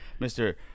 Mr